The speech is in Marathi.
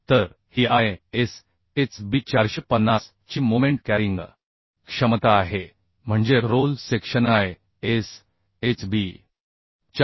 तर ही ISHB 450 ची मोमेंट कॅरींग क्षमता आहे म्हणजे रोल सेक्शन ISHB